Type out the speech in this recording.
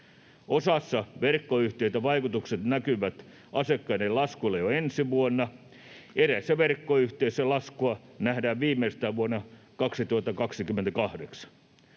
Osassa verkkoyhtiöitä vaikutukset näkyvät asiakkaiden laskulla jo ensi vuonna. Eräissä verkkoyhtiöissä laskua nähdään viimeistään vuonna 2028.